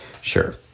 Sure